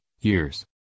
years